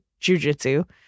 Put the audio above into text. jujitsu